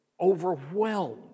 overwhelmed